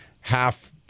half